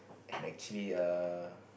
and actually err